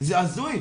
זה הזוי.